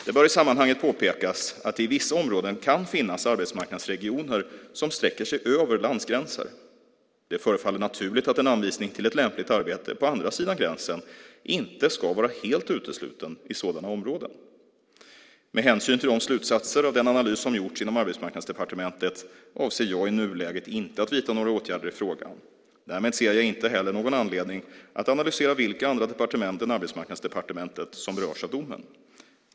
Det bör i sammanhanget påpekas att det i vissa områden kan finnas arbetsmarknadsregioner som sträcker sig över landsgränser. Det förefaller naturligt att en anvisning till ett lämpligt arbete på andra sidan gränsen inte ska vara helt uteslutet i sådana områden. Med hänsyn till de slutsatser av den analys som gjorts inom Arbetsmarknadsdepartementet avser jag i nuläget inte att vidta några åtgärder i frågan. Därmed ser jag inte heller någon anledning att analysera vilka andra departement än Arbetsmarknadsdepartementet som berörs av domen.